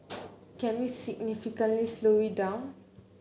can we significantly slow it down